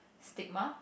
stigma